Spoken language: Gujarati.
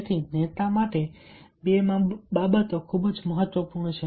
તેથી નેતા માટે બે બાબતો ખૂબ જ મહત્વપૂર્ણ છે